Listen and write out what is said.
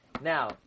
Now